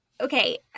okay